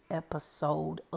episode